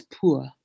poor